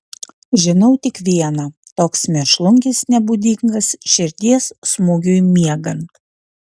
žinau tik viena toks mėšlungis nebūdingas širdies smūgiui miegant